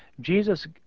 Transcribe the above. Jesus